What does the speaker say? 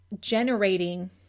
generating